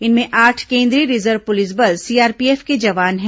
इनमें आठ केंद्रीय रिजर्व पुलिस बल सीआरपीएफ के जवान हैं